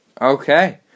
Okay